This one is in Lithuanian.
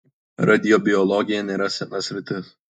radiobiologija nėra sena sritis